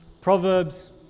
Proverbs